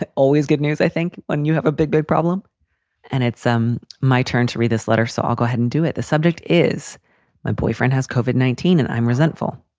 always good news. i think when you have a big, big problem and it's, um, my turn to read this letter. so i'll go ahead and do it. the subject is my boyfriend has covered nineteen and i'm resentful.